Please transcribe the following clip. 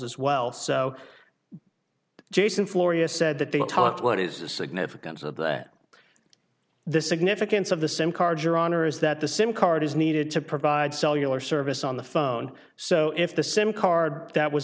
as well so jason floria said that they were taught what is the significance of that the significance of the sim card your honor is that the sim card is needed to provide cellular service on the phone so if the sim card that was